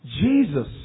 Jesus